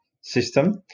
system